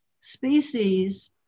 species